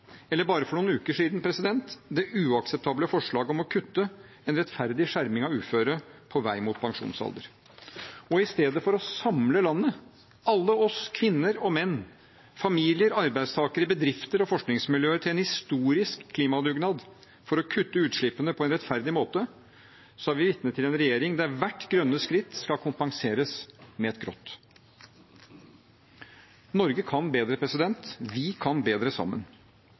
eller bare for noen uker siden: det uakseptable forslaget om å kutte en rettferdig skjerming av uføre på vei mot pensjonsalder. I stedet for å samle landet – alle oss, kvinner og menn, familier, arbeidstakere, bedrifter og forskningsmiljøer – til en historisk klimadugnad for å kutte utslippene på en rettferdig måte, er vi vitne til en regjering der hvert grønne skritt skal kompenseres med et grått. Norge kan bedre. Vi kan bedre sammen.